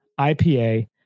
IPA